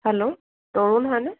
hello Tarun হয় নে